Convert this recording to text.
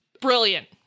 Brilliant